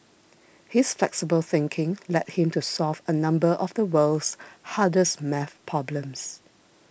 his flexible thinking led him to solve a number of the world's hardest math problems